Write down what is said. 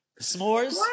S'mores